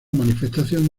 manifestación